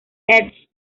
edge